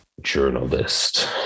journalist